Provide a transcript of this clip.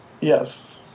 Yes